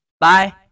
Bye